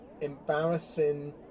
embarrassing